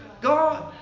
God